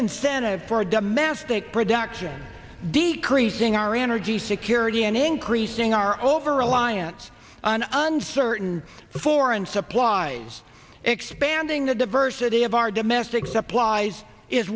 incentive for domestic production decreasing our energy security and increasing our over reliance on uncertain foreign supplies expanding the diversity of our domestic supplies is